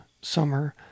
summer